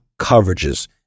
coverages